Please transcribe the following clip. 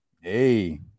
hey